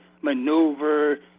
maneuver